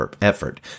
effort